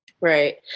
Right